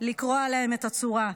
לקרוע להם את הצורה?